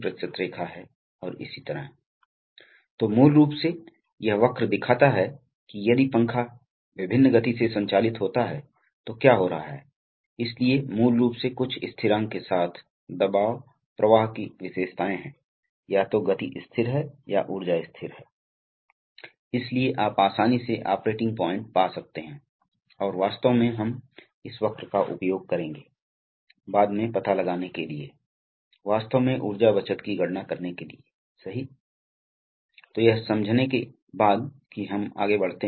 और अंत में इसे न्यूमेटिक्स नियंत्रण प्रणाली से और इस विनियमित गैस आपूर्ति का उपयोग करके एक्टुएशन संकेत दिया जाता है इस मामले में हमने जो एप्लिकेशन दिखाया है वह वाल्व एक्ट्यूएटर है जहां यह वाल्व वास्तव में इस डायाफ्राम पर दबाव का उपयोग करके स्थानांतरित किया जाता है इसलिए यह डायाफ्राम है इसलिए इस दबाव वाली गैस का उपयोग करते हुए आप वास्तव में इस गुहा में दबाव लागू करते हैं तो क्या होगा कि यह डायाफ्राम दबाव में होगा यह नीचे आ जाएगा और यह यहां वाल्व को बंद कर देगा इसलिए यह आमतौर पर एक प्रकार का स्कीमैटिक है इसका उपयोग न्यूमेटिक्स नियंत्रण के लिए किया जाता है और विभिन्न प्रकार की तकनीकों का उपयोग किया जाता है इसलिए हम उस पर एक नज़र डालेंगे